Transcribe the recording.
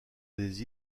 des